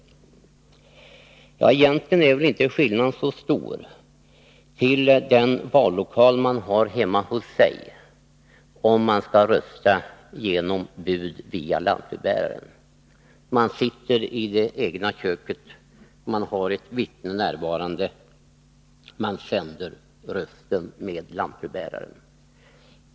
Men egentligen är väl inte skillnaden så stor till den ”vallokal” som man har hemma hos sig, när man röstar med bud genom lantbrevbärare. Då sitter man i det egna köket, har ett vittne närvarande och sänder röstsedeln med lantbrevbäraren.